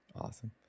Awesome